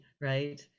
right